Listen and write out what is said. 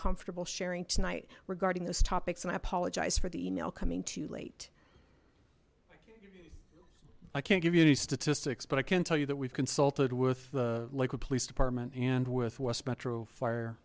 comfortable sharing tonight regarding those topics and i apologize for the email coming too late i can't give you any statistics but i can tell you that we've consulted with the lakewood police department and with west metro